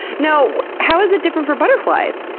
now how is it different for butterflies?